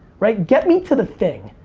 right? get me to the thing,